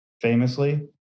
famously